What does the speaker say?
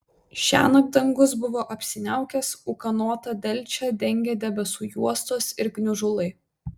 šiąnakt dangus buvo apsiniaukęs ūkanotą delčią dengė debesų juostos ir gniužulai